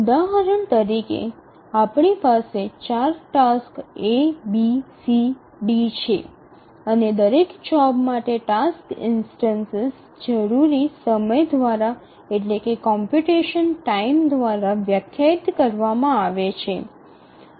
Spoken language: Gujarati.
ઉદાહરણ તરીકે આપણી પાસે ચાર tasks A B C D છે અને દરેક જોબ માટે ટાસ્ક ઇન્સ્ટનસ જરૂરી સમય દ્વારા વ્યાખ્યાયિત કરવામાં આવે છે